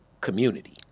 community